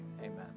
amen